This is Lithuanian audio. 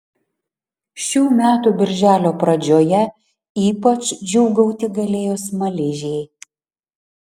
šių metų birželio pradžioje ypač džiūgauti galėjo smaližiai